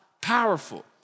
powerful